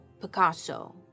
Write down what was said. Picasso